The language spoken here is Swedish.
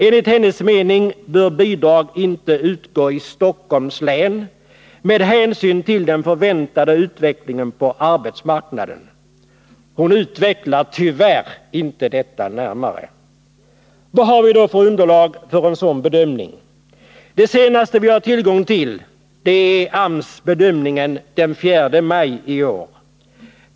Enligt hennes mening bör bidrag inte utgå i Stockholms län ”med hänsyn till den förväntade utvecklingen på arbetsmarknaden”. Hon utvecklar tyvärr inte detta närmare. Vad har vi då för underlag för en sådan bedömning? Det senaste vi har tillgång till är AMS bedömning den 4 maj i år.